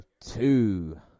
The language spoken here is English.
two